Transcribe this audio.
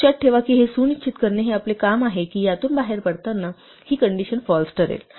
लक्षात ठेवा की हे सुनिश्चित करणे हे आपले काम आहे की यातून बाहेर पडताना ही कंडिशन फाल्स ठरेल